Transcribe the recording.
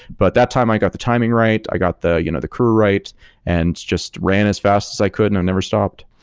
but that time i got the timing right, i got the you know the crew right and just ran as fast as i could and i never stopped.